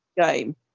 game